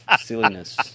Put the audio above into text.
silliness